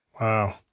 wow